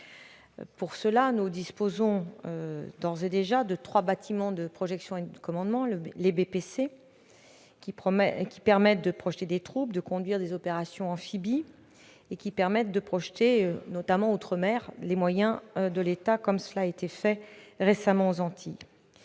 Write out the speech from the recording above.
Pour cela, nous disposons déjà de trois bâtiments de projection et de commandement, ou BPC, qui permettent de projeter des troupes, de conduire des opérations amphibies et de projeter outre-mer les moyens de l'État, comme cela s'est récemment fait aux Antilles.